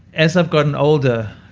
as i've gotten older.